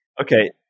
Okay